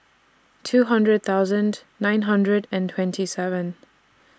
two hundred thousand nine hundred and twenty seven